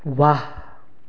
ৱাহ